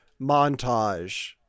montage